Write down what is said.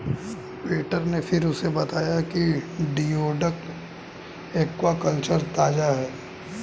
waiter ने फिर उसे बताया कि जिओडक एक्वाकल्चर ताजा है